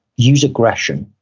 use aggression.